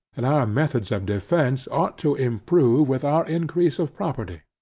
and our methods of defence, ought to improve with our increase of property.